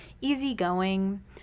Easygoing